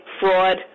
Fraud